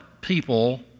people